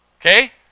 Okay